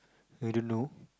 I don't know